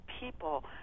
people